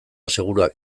seguruak